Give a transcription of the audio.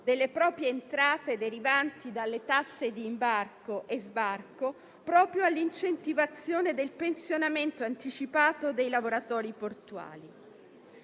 delle proprie entrate derivanti dalle tasse di imbarco e sbarco proprio all'incentivazione del pensionamento anticipato dei lavoratori portuali.